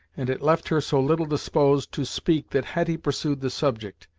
and it left her so little disposed to speak that hetty pursued the subject.